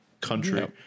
country